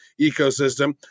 ecosystem